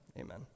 amen